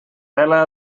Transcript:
vela